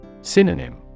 Synonym